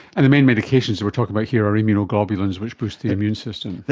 and the main medications we are talking about here are immunoglobulins which boost the immune system.